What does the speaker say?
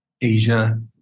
Asia